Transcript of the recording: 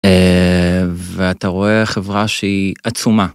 ואתה רואה חברה שהיא עצומה.